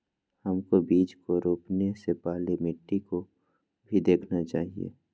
हमको बीज को रोपने से पहले मिट्टी को भी देखना चाहिए?